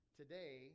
today